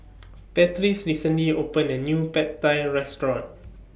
Patrice recently opened A New Pad Thai Restaurant